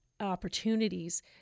opportunities